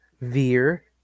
Veer